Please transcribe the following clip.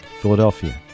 Philadelphia